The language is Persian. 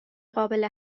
قابل